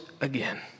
again